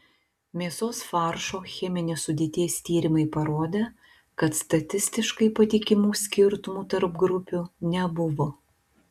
mėsos faršo cheminės sudėties tyrimai parodė kad statistiškai patikimų skirtumų tarp grupių nebuvo